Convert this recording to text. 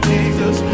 Jesus